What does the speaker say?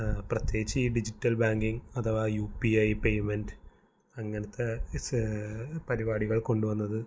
പ്രത്യേകിച്ച് ഈ digital banking അഥവാ യു പി ഐ പേയ്മെൻറ്റ് അങ്ങനത്തെ ഈ സേ പരിപാടികൾ കൊണ്ടുവന്നത്